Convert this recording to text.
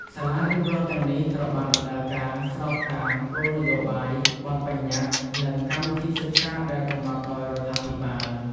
សាលារៀនរដ្ឋទាំងនេះត្រូវបានដំណើរការស្របតាមគោលនយោបាយ បទប្បញ្ញត្តិ និងកម្មវិធីសិក្សាដែលកំណត់ដោយរដ្ឋាភិបាល។